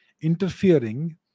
interfering